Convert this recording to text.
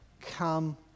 come